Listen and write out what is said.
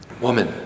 woman